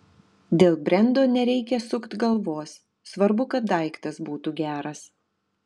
dėl brendo nereikia sukt galvos svarbu kad daiktas būtų geras